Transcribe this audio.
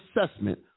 assessment